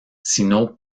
sino